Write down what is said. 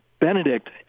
Benedict